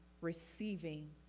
receiving